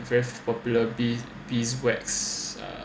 very popular bees wax uh